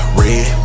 red